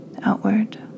outward